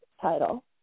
title